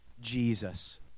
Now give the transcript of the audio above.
Jesus